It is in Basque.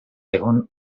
egon